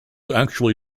actually